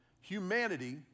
humanity